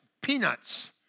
peanuts